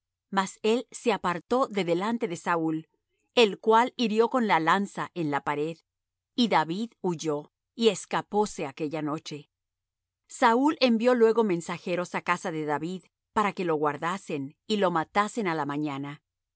mas él se apartó de delante de saúl el cual hirió con la lanza en la pared y david huyó y escapóse aquella noche saúl envió luego mensajeros á casa de david para que lo guardasen y lo matasen á la mañana